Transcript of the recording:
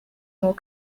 more